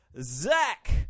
Zach